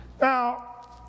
Now